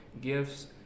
gifts